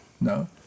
No